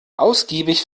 ausgiebig